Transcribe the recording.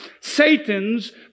Satan's